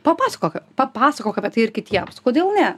papasakok papasakok apie tai ir kitiems kodėl ne